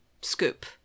scoop